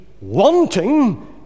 wanting